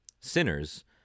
sinners